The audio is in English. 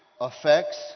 affects